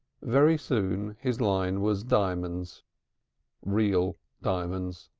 very soon his line was diamonds real diamonds.